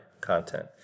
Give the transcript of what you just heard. content